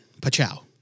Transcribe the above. Pachow